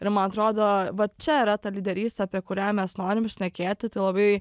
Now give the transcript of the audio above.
ir man atrodo va čia yra ta lyderystė apie kurią mes norim šnekėti tai labai